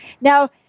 Now